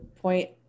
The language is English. point